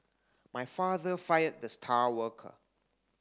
my father fired the star worker